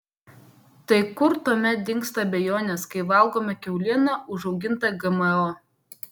tai kur tuomet dingsta abejonės kai valgome kiaulieną užaugintą gmo